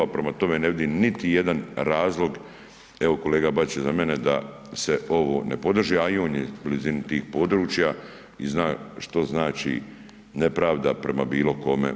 Prema tome, ne vidim niti jedan razlog, evo kolega Bačić je iza mene da se ovo ne podrži, a on je u blizini tih područja i zna što znači nepravda prema bilo kome.